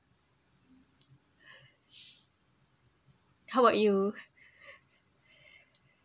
how about you